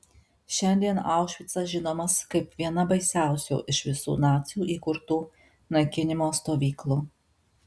šiandien aušvicas žinomas kaip viena baisiausių iš visų nacių įkurtų naikinimo stovyklų